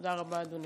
תודה רבה, אדוני.